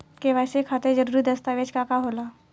KYC खातिर जरूरी दस्तावेज का का होला?